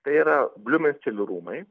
tai yra bliumenstilių rūmai